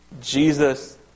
Jesus